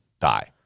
die